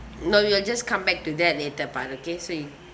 no we'll just come back to that later part okay so we